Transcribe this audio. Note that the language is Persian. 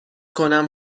کنم